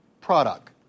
product